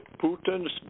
Putin's